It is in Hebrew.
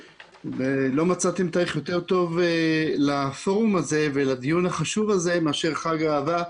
לא מצאתם תאריך יותר טוב לפורום הזה ולדיון החשוב הזה מאשר חג האהבה.